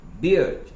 beard